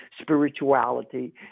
spirituality